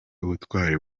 ubutwari